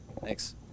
Thanks